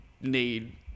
need